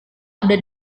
ada